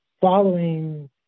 following